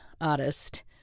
artist